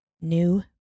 New